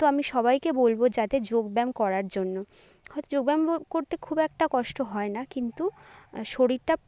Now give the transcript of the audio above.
তো আমি সবাইকে বলবো যাতে যোগ ব্যায়াম করার জন্য হয়তো যোগ ব্যায়াম করতে খুব একটা কষ্ট হয় না কিন্তু শরীরটা